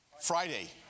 Friday